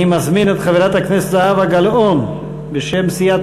אני מזמין את חברת הכנסת זהבה גלאון בשם סיעת